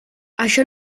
això